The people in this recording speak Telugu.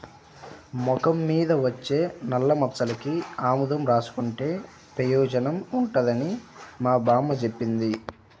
మొఖం మీద వచ్చే నల్లమచ్చలకి ఆముదం రాసుకుంటే పెయోజనం ఉంటదని మా బామ్మ జెప్పింది